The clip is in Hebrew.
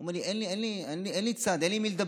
הוא אומר לי: אין לי צד, אין לי עם מי לדבר.